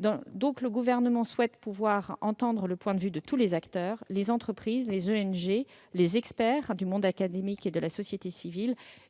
Dans ce contexte, le Gouvernement souhaite pouvoir entendre le point de vue de tous les acteurs- entreprises, ONG, experts issus du monde académique et société civile